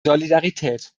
solidarität